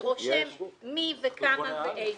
שרושם מי וכמה ואיפה.